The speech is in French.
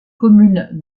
commune